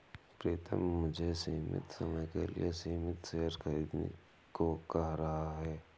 प्रितम मुझे सीमित समय के लिए सीमित शेयर खरीदने को कह रहा हैं